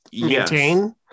maintain